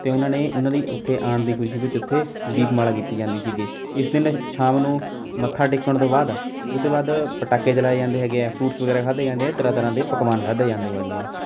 ਅਤੇ ਉਹਨਾਂ ਨੇ ਉਨ੍ਹਾਂ ਲਈ ਉੱਥੇ ਆਉਣ ਦੀ ਖੁਸ਼ੀ ਵਿੱਚ ਉੱਥੇ ਦੀਪਮਾਲਾ ਕੀਤੀ ਜਾਂਦੀ ਸੀਗੀ ਇਸ ਦਿਨ ਸ਼ਾਮ ਨੂੰ ਮੱਥਾ ਟੇਕਣ ਤੋਂ ਬਾਅਦ ਉਹਦੇ ਬਾਅਦ ਪਟਾਕੇ ਚਲਾਏ ਜਾਂਦੇ ਹੈਗੇ ਹੈ ਫਰੂਟਸ ਵਗੈਰਾ ਖਾਧੇ ਜਾਂਦੇ ਤਰ੍ਹਾਂ ਤਰ੍ਹਾਂ ਦੇ ਪਕਵਾਨ ਖਾਧੇ ਜਾਂਦੇ ਹੈਗੇ ਹੈ